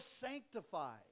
sanctified